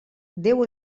déu